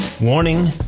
Warning